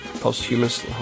posthumous